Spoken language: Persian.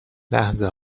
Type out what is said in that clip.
لحظه